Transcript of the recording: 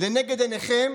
לנגד עיניכם,